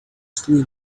screen